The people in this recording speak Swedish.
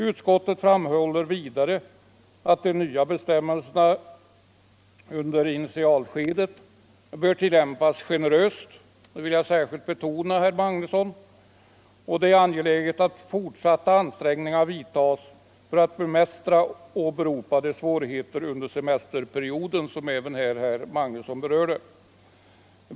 Utskottsmajoriteten framhåller vidare att de nya bestämmelserna under initialskedet bör tillämpas generöst — det vill jag särskilt betona, herr Magnusson —- och att det är angeläget att fortsatta ansträngningar vidtas för att bemästra åberopade svårigheter under semesterperioden. Även detta har berörts av herr Magnusson.